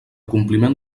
compliment